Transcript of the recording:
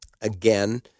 Again